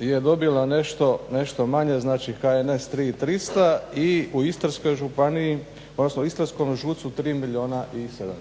je dobila nešto manje znači HNS 3 i 300 i u Istarskom ŽUC-u 3 milijuna i 700.